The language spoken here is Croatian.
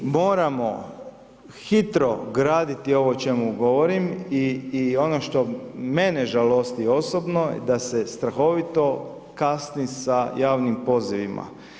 Stoga mi moramo hitro graditi ovo o čemu govorim i ono što mene žalosti osobno je da se strahovito kasni sa javnim pozivima.